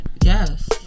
Yes